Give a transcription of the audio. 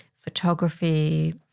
Photography